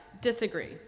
disagree